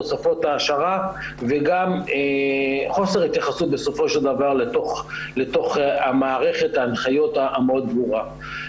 תוספות העשרה וגם חוסר התייחסות לתוך מערכת ההנחיות המאוד ברורה.